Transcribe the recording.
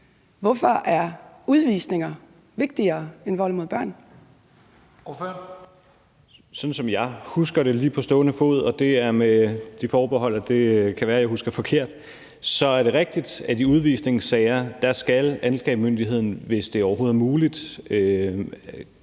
Ordføreren. Kl. 10:17 Rasmus Stoklund (S): Sådan som jeg husker det lige på stående fod, og det er med det forbehold, at det kan være, at jeg husker forkert, så er det rigtigt, at i udvisningssager skal anklagemyndigheden, hvis det overhovedet er muligt,